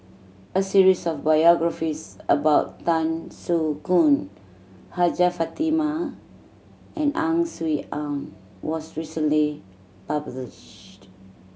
a series of biographies about Tan Soo Khoon Hajjah Fatimah and Ang Swee Aun was recently published